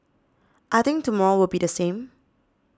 I think tomorrow will be the same